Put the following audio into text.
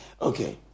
Okay